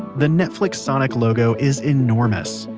the netflix sonic logo is enormous.